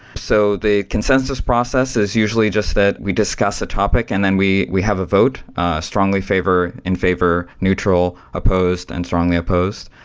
so the consensus process is usually just that we discuss the topic and then we we have a vote strongly favor in favor neutral opposed and strongly opposed.